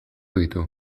ditu